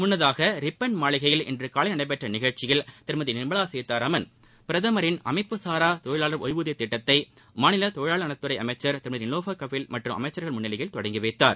முன்னதாக ரிப்பள் மாளிகையில் இன்று காலை நடைபெற்ற நிகழ்ச்சியில் திருமதி நிர்மலா சீதூராமன் பிரதமரின் அமைப்பு சாரா தொழிலாளா் ஒய்வூதிய திட்டத்தை மாநில தொழிலாளா் நலத்துறை அமைச்சர் திருமதி நிலோஃபர் கபில் மற்றும் அமைச்சர்கள் முன்னிலையில் தொடங்கி வைத்தார்